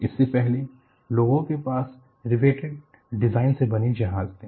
इससे पहले लोगों के पास रिविटेड डिजाइन से बने जहाज थे